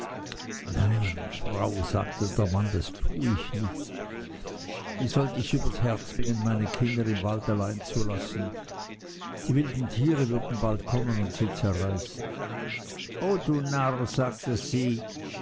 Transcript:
nein frau sagte der mann das tue ich nicht wie sollt ichs übers herz bringen meine kinder im walde allein zu lassen die wilden tiere würden bald kommen und sie zerreißen o du narr sagte sie